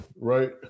right